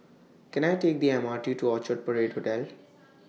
Can I Take The M R T to Orchard Parade Hotel